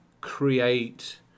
create